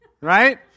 right